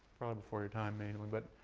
probably before your time, mainly. but.